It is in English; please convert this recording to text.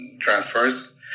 transfers